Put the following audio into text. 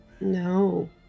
No